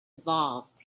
evolved